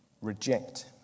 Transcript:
reject